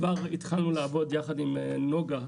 כבר התחלנו לעבוד ביחד עם נגה,